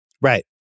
Right